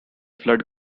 flood